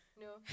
No